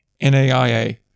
naia